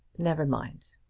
never mind.